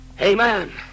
Amen